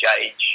age